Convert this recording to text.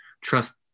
trust